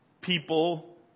people